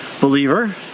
believer